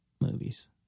movies